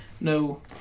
No